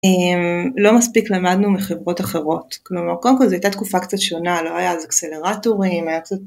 לא מספיק למדנו מחברות אחרות, קודם כל זו הייתה תקופה קצת שונה, לא היה אז אקסלרטורים, היה קצת